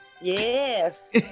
Yes